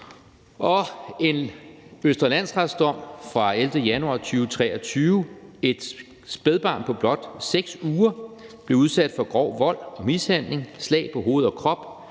en Østre Landsrets-dom fra den 11. januar 2023. Et spædbarn på blot 6 uger blev udsat for grov vold og mishandling, slag på hoved og krop,